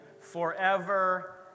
forever